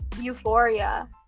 Euphoria